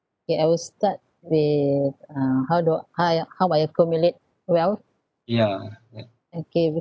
K I will start with uh how do I how I accumulate wealth okay